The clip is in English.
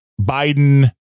Biden